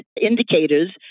indicators